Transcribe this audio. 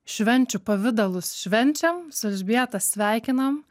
švenčių pavidalus švenčiam su elžbieta sveikinam